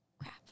Crap